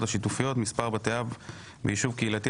השיתופיות (מספר בתי אב בישוב קהילתי),